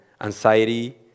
anxiety